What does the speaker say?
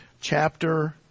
Chapter